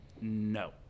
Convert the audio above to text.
No